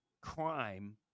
crime